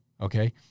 okay